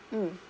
mm